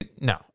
No